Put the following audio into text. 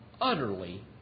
utterly